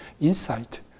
insight